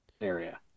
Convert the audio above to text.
area